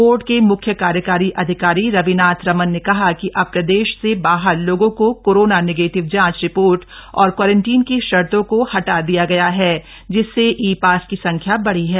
board के मुख्य कार्यकारी अधिकारी रविनाथ रमन ने कहा कि अब प्रदेश से बाहर लोगों को कोरोना निगेटिव जांच रिपोर्ट औरक्वारंटीन की शर्तों को हटा दिया गया है जिससे ई पास की संख्या बढ़ी है